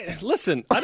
Listen